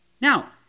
Now